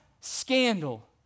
scandal